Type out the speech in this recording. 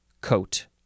coat